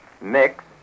Mix